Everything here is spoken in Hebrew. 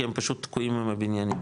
כי הם פשוט תקועים עם הבניינים,